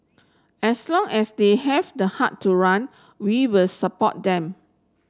as long as they have the heart to run we will support them